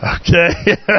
Okay